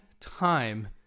time